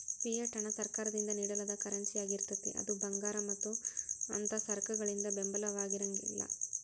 fiat ಹಣ ಸರ್ಕಾರದಿಂದ ನೇಡಲಾದ ಕರೆನ್ಸಿಯಾಗಿರ್ತೇತಿ ಅದು ಭಂಗಾರ ಮತ್ತ ಅಂಥಾ ಸರಕಗಳಿಂದ ಬೆಂಬಲಿತವಾಗಿರಂಗಿಲ್ಲಾ